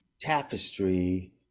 Tapestry